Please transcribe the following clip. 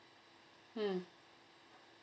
mm